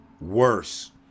worse